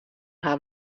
har